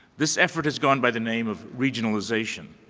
this effort has gone by the name of regionalization.